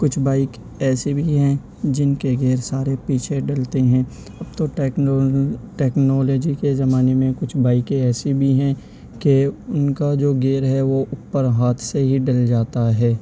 کچھ بائک ایسے بھی ہیں جن کے گیئر سارے پیچھے ڈلتے ہیں اب تو ٹیکنول ٹیکنالوجی کے زمانے میں کچھ بائکیں ایسی بھی ہیں کہ ان کا جو گیئر ہے وہ اوپر ہاتھ سے ہی ڈل جاتا ہے